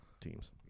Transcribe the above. teams